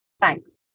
thanks